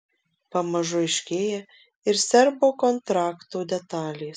pamažu aiškėja ir serbo kontrakto detalės